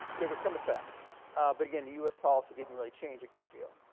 there was some effect but again the us policy didn't really change a great deal.